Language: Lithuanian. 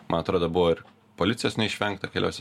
man atrodo buvo ir policijos neišvengta keliose